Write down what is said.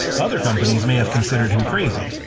other companies may have considered him crazy.